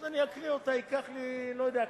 אז אני אקריא אותה, ייקח לי, לא יודע כמה,